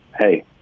Hey